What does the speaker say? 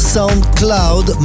SoundCloud